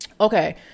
Okay